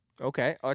Okay